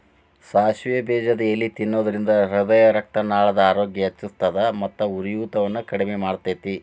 ಸಾಸಿವೆ ಬೇಜದ ಎಲಿ ತಿನ್ನೋದ್ರಿಂದ ಹೃದಯರಕ್ತನಾಳದ ಆರೋಗ್ಯ ಹೆಚ್ಹಿಸ್ತದ ಮತ್ತ ಉರಿಯೂತವನ್ನು ಕಡಿಮಿ ಮಾಡ್ತೆತಿ